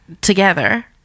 Together